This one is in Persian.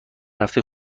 هفته